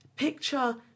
Picture